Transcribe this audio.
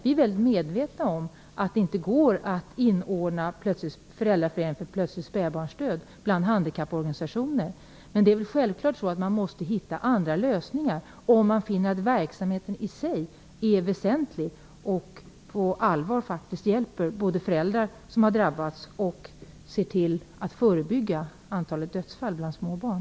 Vi är väldigt medvetna om att det inte går att inordna Föräldraföreningen Plötslig spädbarnsdöd bland handikapporganistationer. Men det är självklart att man måste hitta andra lösningar om man finner att verksamheten i sig är väsentlig och på allvar faktiskt både hjälper föräldrar som har drabbats och förebygger dödsfall bland småbarn.